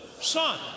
Son